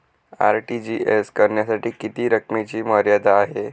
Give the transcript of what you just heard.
RTGS करण्यासाठी किती रकमेची मर्यादा आहे?